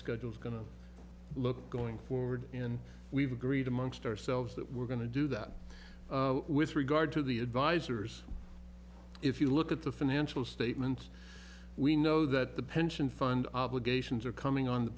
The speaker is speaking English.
schedule is going to look going forward and we've agreed amongst ourselves that we're going to do that with regard to the advisors if you look at the financial statements we know that the pension fund obligations are coming on the